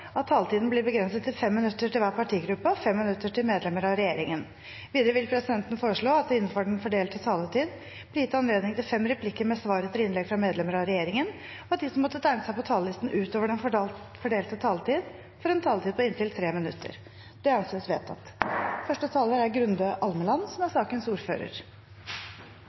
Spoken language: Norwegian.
at taletiden blir begrenset til 5 minutter til hver partigruppe og 5 minutter til medlemmer av regjeringen. Videre vil presidenten foreslå at det – innenfor den fordelte taletid – blir gitt anledning til fem replikker med svar etter innlegg fra medlemmer av regjeringen, og at de som måtte tegne seg på talerlisten utover den fordelte taletid, får en taletid på inntil 3 minutter. – Det anses vedtatt. På en dag som